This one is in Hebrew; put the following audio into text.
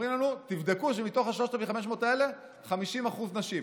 אומרים לנו: תבדקו שמתוך ה-3,500 האלה יש 50% נשים.